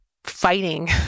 fighting